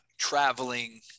traveling